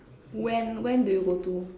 when when do you go to